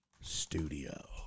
studio